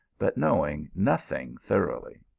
but knowing nothing thoroughly.